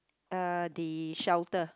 uh the shelter